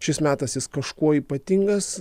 šis metas jis kažkuo ypatingas